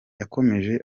yakomeje